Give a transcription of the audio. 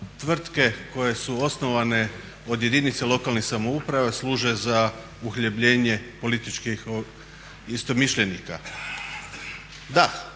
tvrtke koje su osnovane od jedinica lokalnih samouprava služe za uhljebljenje političkih istomišljenika. Da,